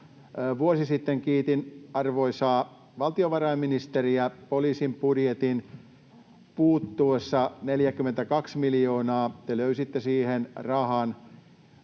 Vuosi sitten kiitin arvoisaa valtiovarainministeriä, kun 42 miljoonan puuttuessa poliisin budjetista te löysitte siihen rahan.